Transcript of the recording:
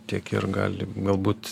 tiek ir gali galbūt